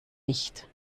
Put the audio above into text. nicht